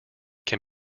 can